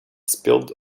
spilled